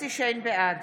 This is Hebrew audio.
בעד